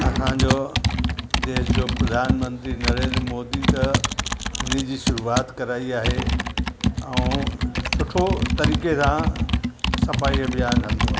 असांजो देश जो प्रधानमंत्री नरेंद्र मोदी त हिन जी शुरूआत कराई आहे ऐं सुठो तरीक़े सां सफ़ाई अभियान हलंदो आहे